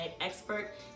expert